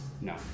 No